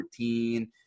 14